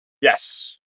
Yes